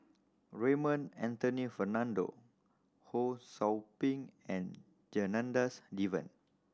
Raymond Anthony Fernando Ho Sou Ping and Janadas Devan